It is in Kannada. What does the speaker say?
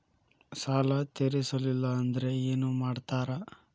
ಸಾಲ ತೇರಿಸಲಿಲ್ಲ ಅಂದ್ರೆ ಏನು ಮಾಡ್ತಾರಾ?